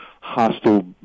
hostile